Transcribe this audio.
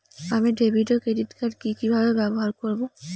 আমি ডেভিড ও ক্রেডিট কার্ড কি কিভাবে ব্যবহার করব?